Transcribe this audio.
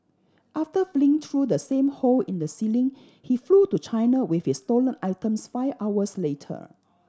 after fleeing through the same hole in the ceiling he flew to China with his stolen items five hours later